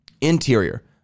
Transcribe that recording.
Interior